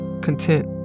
content